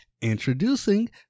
introducing